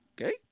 okay